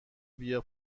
بیا